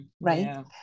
Right